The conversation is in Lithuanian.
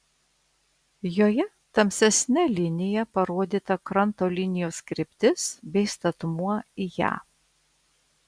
joje tamsesne linija parodyta kranto linijos kryptis bei statmuo į ją